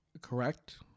correct